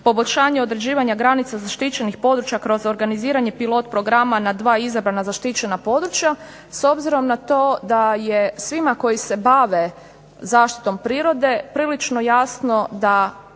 poboljšanje određivanja granica zaštićenih područja kroz organiziranje pilot programa na dva izabrana zaštićena područja s obzirom na to da je svima koji se bave zaštitom prirode prilično jasno da